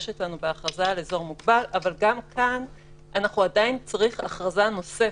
אנחנו עדיין נצטרך הכרזה נוספת.